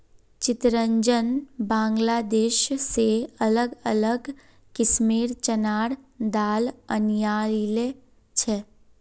चितरंजन बांग्लादेश से अलग अलग किस्मेंर चनार दाल अनियाइल छे